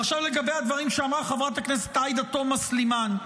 ועכשיו לגבי הדברים שאמרה חברת הכנסת עאידה תומא סלימאן.